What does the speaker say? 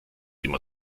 immer